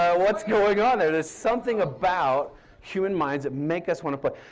what's going on. there's something about human minds that make us want to play.